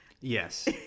yes